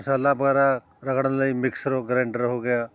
ਮਸਾਲਾ ਵਗੈਰਾ ਰਗੜਨ ਲਈ ਮਿਕਸਰ ਗਰੈਂਡਰ ਹੋ ਗਿਆ